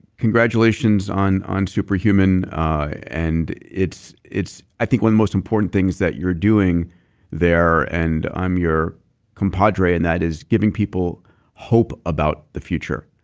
congratulations on on super human and it's it's i think one of the most important things that you're doing there and i'm your compadre and that is giving people hope about the future.